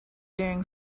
during